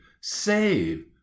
Save